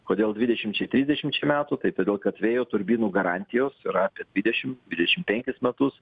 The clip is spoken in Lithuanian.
kodėl dvidešimčiai trisdešimčiai metų tai todėl kad vėjo turbinų garantijos yra dvidešim dvidešim penkis metus